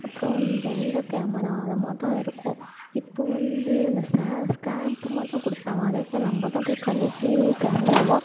அப்றம் வந்து இந்த கேமரா அது மாரி தான் இருக்கும் இப்போது வந்து இந்த ஸ்கேம்பு மாரி தான் கொடுப்பாங்க அதை தான் நம்ம தான் போய் கழிப்பி கேமராவா